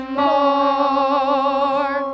more